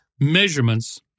measurements